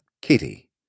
Kitty